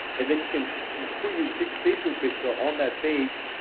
and then you can put your fixed facebook pixel on that page.